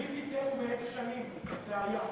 מי פיטר ובאיזה שנים זה היה?